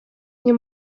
nie